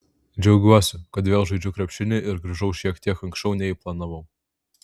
džiaugiuosi kad vėl žaidžiu krepšinį ir grįžau šiek tiek anksčiau nei planavau